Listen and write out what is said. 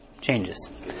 changes